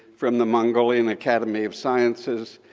from the mongolian academy of sciences,